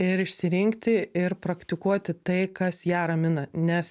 ir išsirinkti ir praktikuoti tai kas ją ramina nes